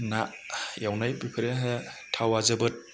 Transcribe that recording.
ना एवनाय बेफोरो थावआ जोबोर